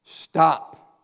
stop